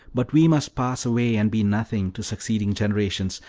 but we must pass away and be nothing to succeeding generations,